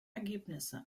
ergebnisse